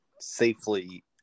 safely